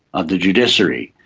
of the judiciary.